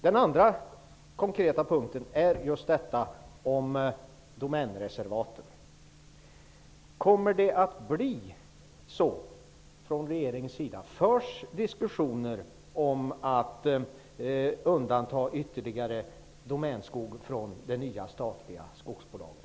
Den andra konkreta punkten gäller just Domänreservaten. För regeringen diskussioner om att undanta ytterligare Domänskog från det nya statliga skogsbolaget?